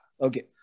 Okay